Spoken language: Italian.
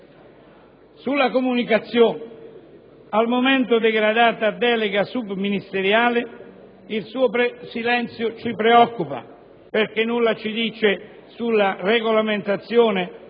Sulla comunicazione, al momento degradata a delega subministeriale, il suo silenzio ci preoccupa, perché nulla ci dice sulla regolamentazione,